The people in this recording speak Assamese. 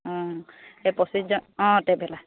এই পঁচিছজন অঁ ট্ৰেভেলাৰ